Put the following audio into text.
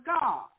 God